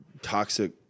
toxic